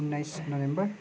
उन्नाइस नोभेम्बर